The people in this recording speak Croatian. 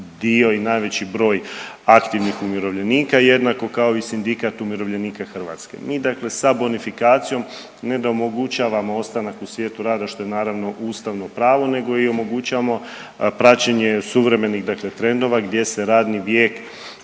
dio i najveći broj aktivnih umirovljenika jednako kao i Sindikat umirovljenika Hrvatske. Mi dakle sa bonifikacijom ne da omogućavamo ostanak u svijetu rada što je naravno ustavno pravo, nego i omogućavamo praćenje suvremenih dakle trendova gdje se radni vijek